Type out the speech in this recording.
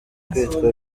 kwitwa